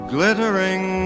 glittering